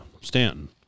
Stanton